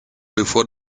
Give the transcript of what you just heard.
before